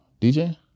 DJ